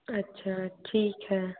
अच्छा ठीक है